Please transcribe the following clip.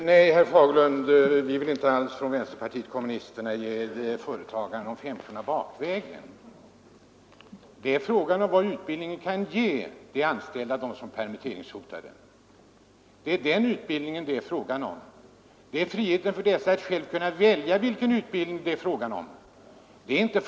Herr talman! Jag vill säga till herr Fagerlund att vi i vänsterpartiet kommunisterna inte alls tänkt ge företagarna någon femkrona bakvägen. Det är fråga om vad utbildningen kan ge de anställda som är permitteringshotade. Det är friheten för dessa att själva välja vilken utbildning de vill ha som saken gäller.